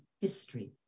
history